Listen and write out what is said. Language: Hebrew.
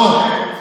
לא,